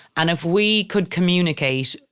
and if we could communicate,